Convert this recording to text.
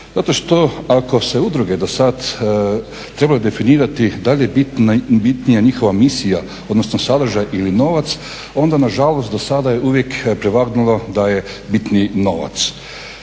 Zato što ako se udruge do sad trebale definirati da li je bitnija njihova misija, odnosno sadržaj ili novac, onda na žalost do sada je uvijek prevagnulo da je bitniji novac.